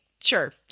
sure